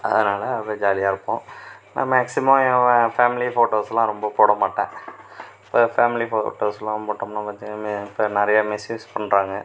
அதனால் அப்படியே ஜாலியாக இருப்போம் நான் மேக்ஸிமம் ஏன் ஃபேமிலி போட்டோஸ்லாம் ரொம்ப போட மாட்டேன் இப்போ ஃபேமிலி போட்டோஸ்லாம் போட்டம்ன்னா பார்த்தீங்கன்னா இப்போ நிறைய மிஸ் யூஸ் பண்ணுறாங்க